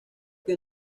que